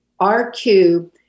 RQ